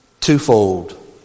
twofold